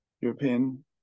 European